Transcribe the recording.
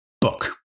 book